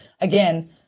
again